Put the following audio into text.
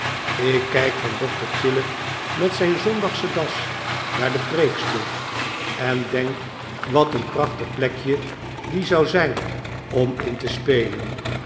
ik kijk van dokter chillip met zijn zondagsche das naar den preekstoel en denk wat een prachtig plekje die zou zijn om in te spelen